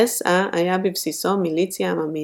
האס־אה היה בבסיסו מיליציה עממית,